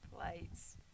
plates